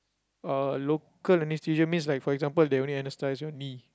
uh local anaesthesia means that like for example they only anaesthise your knee